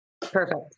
Perfect